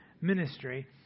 ministry